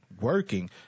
working